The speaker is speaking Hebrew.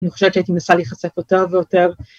‫אני חושבת שהייתי מנסה ‫להיחשף יותר ויותר.